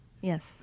Yes